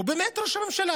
הוא באמת ראש הממשלה,